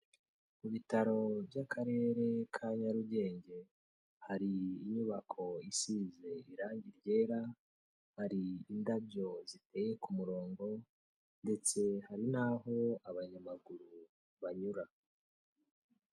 Mu bitaro by'akarere ka Nyarugenge hari inyubako isize irangi ryera, hari indabyo ziteye ku murongo ndetse hari n'aho abanyamaguru banyura.